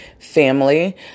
family